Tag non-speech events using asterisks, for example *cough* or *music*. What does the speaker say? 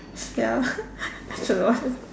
ya *laughs* so you want